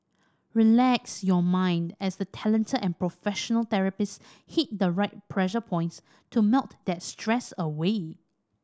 relax your mind as the talented and professional therapists hit the right pressure points to melt that stress away